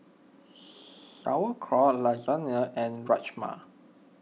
Sauerkraut Lasagna and Rajma